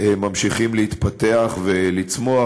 ממשיכים להתפתח ולצמוח,